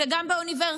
זה גם באוניברסיטה,